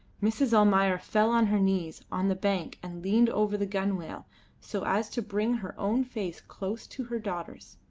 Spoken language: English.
mrs. almayer fell on her knees on the bank and leaned over the gunwale so as to bring her own face close to her daughter's.